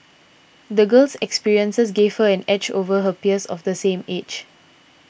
the girl's experiences gave her an edge over her peers of the same age